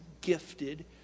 gifted